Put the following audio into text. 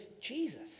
Jesus